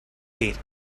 gate